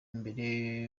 imbere